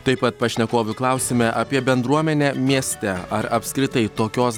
taip pat pašnekovių klausime apie bendruomenę mieste ar apskritai tokios